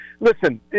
Listen